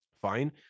fine